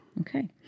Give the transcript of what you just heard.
Okay